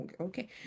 okay